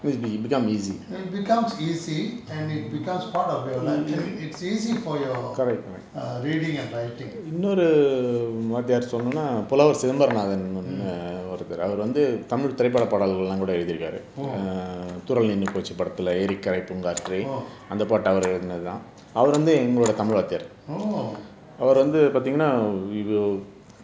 it becomes easy and it becomes part of your life and it's easy for your err reading and writing mm oh oh orh ya